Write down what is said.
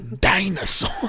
Dinosaur